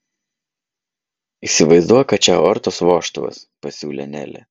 įsivaizduok kad čia aortos vožtuvas pasiūlė nelė